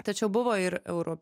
tačiau buvo ir euro